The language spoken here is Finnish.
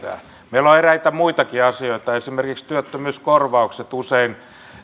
on eräitä muitakin asioita esimerkiksi työttömyyskorvaukset usein